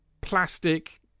plastic